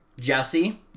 Jesse